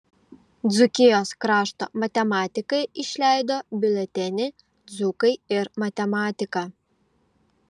dzūkijos krašto matematikai išleido biuletenį dzūkai ir matematika